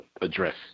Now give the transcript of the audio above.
address